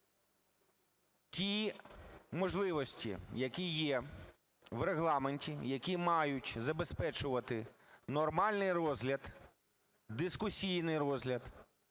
ті можливості, які є в Регламенті, які мають забезпечувати нормальний розгляд, дискусійний розгляд,